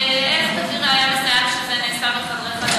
ואיך תביא ראיה מסייעת כשזה נעשה בחדרי-חדרים?